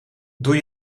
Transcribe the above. doe